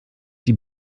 die